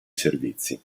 servizi